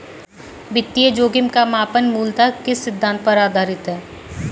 वित्तीय जोखिम का मापन मूलतः किस सिद्धांत पर आधारित है?